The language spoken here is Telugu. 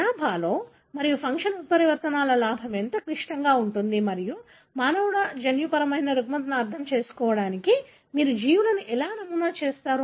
జనాభాలో మరియు ఫంక్షన్ ఉత్పరివర్తనాల లాభం ఎంత క్లిష్టంగా ఉంటుంది మరియు మానవ జన్యుపరమైన రుగ్మతలను అర్థం చేసుకోవడానికి మీరు జీవులను ఎలా నమూనా చేస్తారు